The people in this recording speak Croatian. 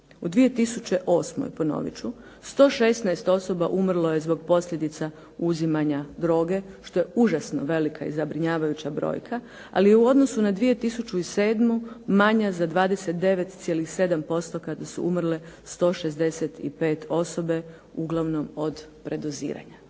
U 2008., ponovit ću, 116 osoba umrlo je zbog posljedica uzimanja droge, što je užasno velika i zabrinjavajuća brojka, ali u odnosu na 2007. manja za 29,7% kada su umrle 165 osobe uglavnom od predoziranja.